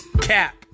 Cap